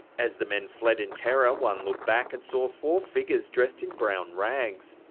as the men fled in terror, one looked back and saw four figures dressed in brown rags.